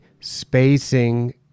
spacing